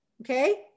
okay